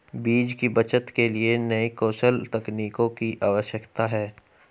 बीज की बचत के लिए नए कौशल तकनीकों की आवश्यकता है